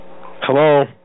Hello